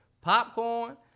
Popcorn